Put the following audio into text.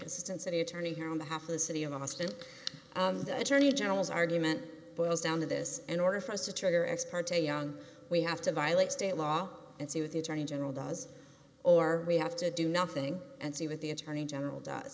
assistant city attorney here on behalf of the city of austin the attorney general's argument boils down to this in order for us to trigger ex parte young we have to violate state law and see what the attorney general does or we have to do nothing and see what the attorney general does